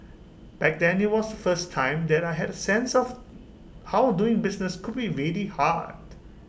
back then IT was the first time that I had A sense of how doing business could be really hard